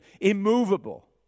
immovable